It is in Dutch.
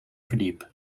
verdiep